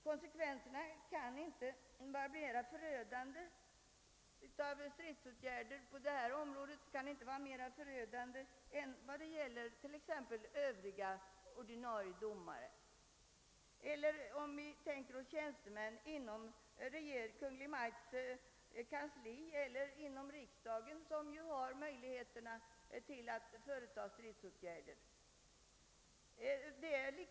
Konsekvenserna av stridsåtgärder på detta område kan inte vara mer förödande än om det gäller t.ex. övriga ordinarie domare eller om det gäller tjänstemän inom Kungl. Maj:ts kansli eller riksdagen, vilka ju har möjlighet att vidta stridsåtgärder.